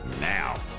now